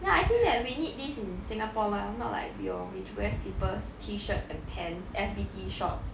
ya I think that we need this in singapore lah not like we always wear slippers t-shirt and pants F_B_T shorts